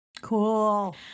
Cool